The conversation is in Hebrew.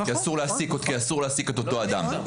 כי אסור להעסיק את אותו אדם.